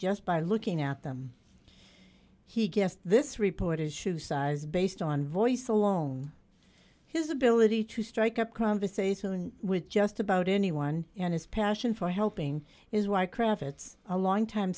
just by looking at them he guessed this report is shoe size based on voice alone his ability to strike up conversation with just about anyone and his passion for helping is why kravitz a longtime